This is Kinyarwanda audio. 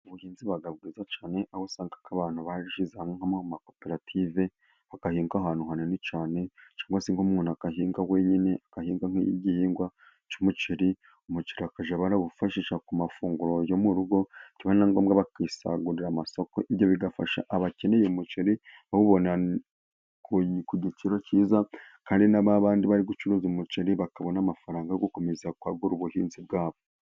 Ubuhinzi buba bwiza cyane, aho usanga ko abantu bashyize hamwe nko mu makoperative, bagahinga ahantu hanini cyane, cyangwa se nk'umuntu agahinga wenyine, agahinga nk'igihingwa cy'umuceri, umuceri bakajya barawifashisha ku mafunguro yo mu rugo, byaba na ngombwa bagasagurira amasoko, ibyo bigafasha abakeneye umuceri bawubona ku giciro cyiza kandi na ba bandi bari gucuruza umuceri, bakabona amafaranga yo gukomeza kwagura ubuhinzi bwabo.